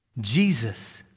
Jesus